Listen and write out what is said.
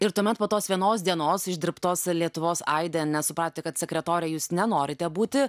ir tuomet po tos vienos dienos išdirbtos lietuvos aide ane supratote kad sekretore jūs nenorite būti